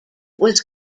was